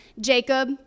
Jacob